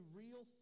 real